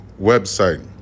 website